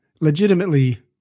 legitimately